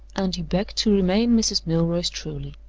and he begged to remain mrs. milroy's truly.